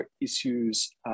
issues